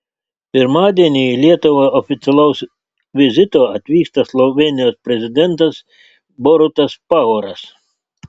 pirmadienį į lietuvą oficialaus vizito atvyksta slovėnijos prezidentas borutas pahoras